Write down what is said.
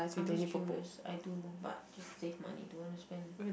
I'm just curious I do but just save money don't wanna spend